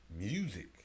music